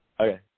Okay